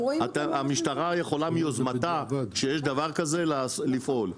המשטרה יכולה מיוזמתה כשיש דבר כזה לפעול.